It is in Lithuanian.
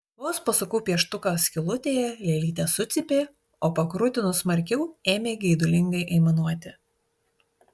vos pasukau pieštuką skylutėje lėlytė sucypė o pakrutinus smarkiau ėmė geidulingai aimanuoti